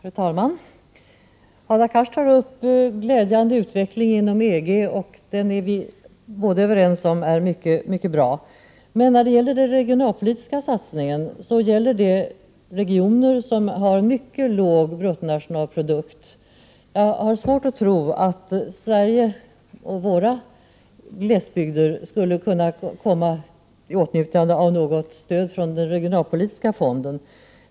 Fru talman! Hadar Cars tar upp den glädjande utvecklingen inom EG. Den är vi båda överens om är mycket bra. Men den regionalpolitiska satsningen gäller regioner som har mycket låg bruttonationalprodukt. Jag har svårt att tro att Sverige och våra glesbygder skulle komma i åtnjutande av något stöd från den regionalpolitiska fonden i EG.